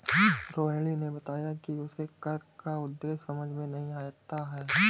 रोहिणी ने बताया कि उसे कर का उद्देश्य समझ में नहीं आता है